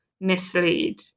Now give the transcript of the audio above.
mislead